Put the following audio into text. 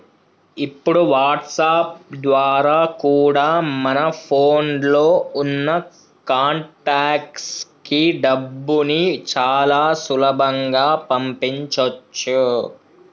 ఇప్పుడు వాట్సాప్ ద్వారా కూడా మన ఫోన్ లో ఉన్న కాంటాక్ట్స్ కి డబ్బుని చాలా సులభంగా పంపించొచ్చు